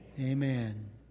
Amen